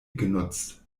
genutzt